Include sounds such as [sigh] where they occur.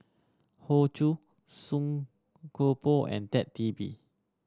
Hoey Choo Song Koon Poh and Ted De [unintelligible]